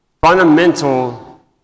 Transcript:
fundamental